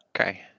Okay